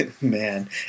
man